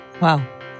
Wow